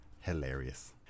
hilarious